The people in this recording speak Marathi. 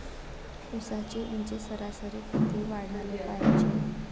ऊसाची ऊंची सरासरी किती वाढाले पायजे?